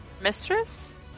Mistress